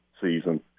season